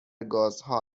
گازها